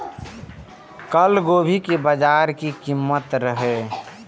कल गोभी के बाजार में की कीमत रहे?